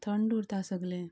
थंड उरता सगळें